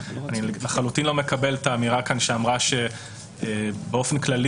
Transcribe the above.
אני לחלוטין לא מקבל את האמירה שנאמרה כאן שבאופן כללי